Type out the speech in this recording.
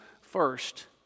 first